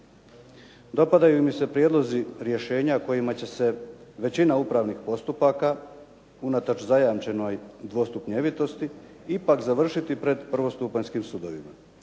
Dopadaju mi se prijedlozi rješenja kojima će se većina upravnih postupaka unatoč zajamčenoj dvostupnjevitosti, ipak završiti pred prvostupanjskih sudovima.